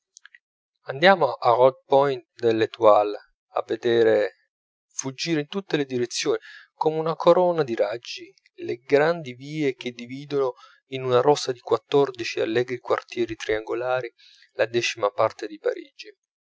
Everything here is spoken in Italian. l'etoile a veder fuggire in tutte le direzioni come una corona di raggi le grandi vie che dividono in una rosa di quattordici allegri quartieri triangolari la decima parte di parigi